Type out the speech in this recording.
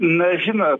na žinot